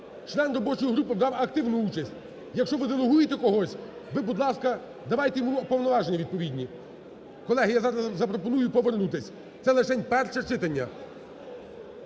Член робочої групи брав активну участь. Якщо ви делегуєте когось, ви, будь ласка, давайте йому повноваження відповідні. Колеги, я зараз запропоную повернутись. Це лишень перше читання.